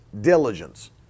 diligence